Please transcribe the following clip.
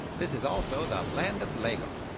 this is also the land of lego.